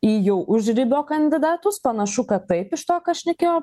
į jau užribio kandidatus panašu kad taip iš to ką šnekėjo